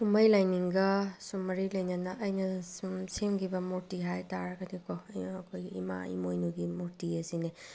ꯀꯨꯝꯃꯩ ꯂꯥꯏꯅꯤꯡꯒ ꯁꯨꯝ ꯃꯔꯤ ꯂꯩꯅꯅ ꯑꯩꯅ ꯁꯨꯝ ꯁꯤꯡꯈꯤꯕ ꯃꯨꯔꯇꯤ ꯍꯥꯏꯇꯥꯔꯒꯗꯤ ꯀꯣ ꯑꯩꯈꯣꯏꯒꯤ ꯏꯃꯥ ꯏꯃꯣꯏꯅꯨꯒꯤ ꯃꯨꯔꯇꯤ ꯑꯁꯤꯅꯤ